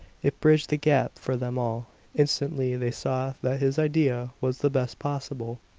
it bridged the gap for them all instantly they saw that his idea was the best possible.